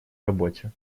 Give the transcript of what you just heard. работе